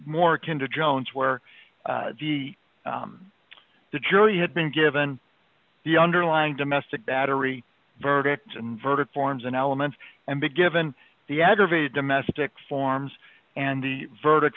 more akin to jones where the the jury had been given the underlying domestic battery verdict and verdict forms and elements and given the aggravated domestic forms and the verdict